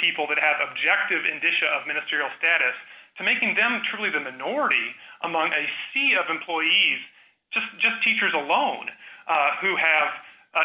people that had objective in dish of ministerial status to making them truly the norty among a sea of employees just just teachers alone who have